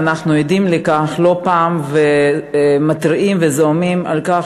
ואנחנו עדים לכך לא פעם ומתריעים וזועמים על כך